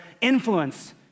influence